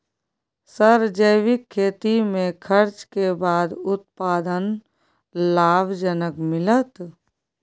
Sir जैविक खेती में खर्च के बाद उत्पादन लाभ जनक मिलत?